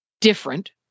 different